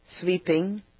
sweeping